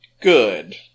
good